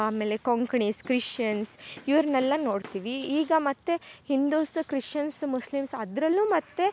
ಆಮೇಲೆ ಕೊಂಕ್ಣಿಸ್ ಕ್ರಿಶಿಯನ್ಸ್ ಇವರನ್ನೆಲ್ಲ ನೊಡ್ತೀವಿ ಈಗ ಮತ್ತು ಹಿಂದುಸ್ ಕ್ರಿಶಿಯನ್ಸ್ ಮುಸ್ಲಿಮ್ಸ್ ಅದ್ರಲ್ಲು ಮತ್ತು